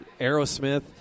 Aerosmith